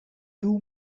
two